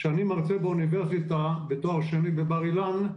כשאני מרצה באוניברסיטה בתואר שני בבר אילן,